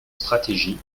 stratégie